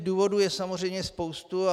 Důvodů je samozřejmě spousta.